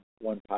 one